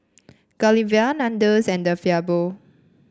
Godiva Nandos and De Fabio